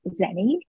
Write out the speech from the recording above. Zenny